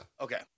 Okay